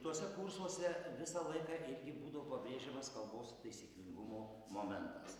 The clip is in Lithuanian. tuose kursuose visą laiką irgi būdo pabrėžiamas kalbos taisyklingumo momentas